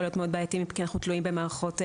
להיות מאוד בעייתי כי אנחנו תלויים במערכות מידע.